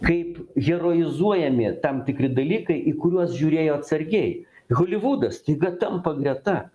kaip heroizuojami tam tikri dalykai į kuriuos žiūrėjo atsargiai holivudas staiga tampa greta